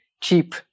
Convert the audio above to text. cheap